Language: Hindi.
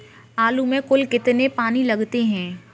आलू में कुल कितने पानी लगते हैं?